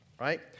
right